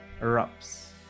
erupts